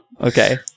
okay